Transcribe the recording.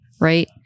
right